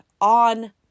on